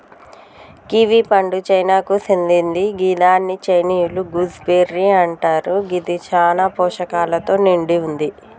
kiwi పండు చైనాకు సేందింది గిదాన్ని చైనీయుల గూస్బెర్రీ అంటరు గిది చాలా పోషకాలతో నిండి వుంది